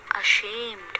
ashamed